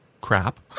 crap